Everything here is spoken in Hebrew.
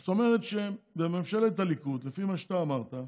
זאת אומרת, בממשלת הליכוד, לפי מה שאתה אמרת,